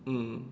mm